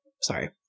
sorry